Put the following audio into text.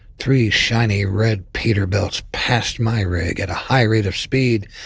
three shiny red peterbilts passed my rig at a high rate of speed,